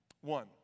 One